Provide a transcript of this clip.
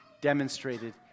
demonstrated